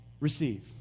receive